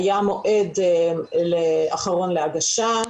היה מועד אחרון להגשה.